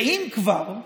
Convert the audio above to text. אם כבר,